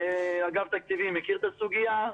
אגף תקציבים מכיר את הסוגיה.